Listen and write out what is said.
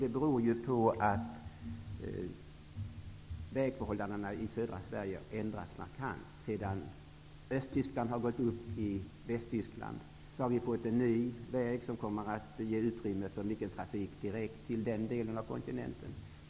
Det beror ju på att vägförhållandena i södra Sverige ändrats markant. Sedan Östtyskland har gått upp i Västtyskland har vi fått en ny väg som kommer att ge utrymme för mycket trafik direkt till den delen av kontinenten.